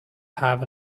have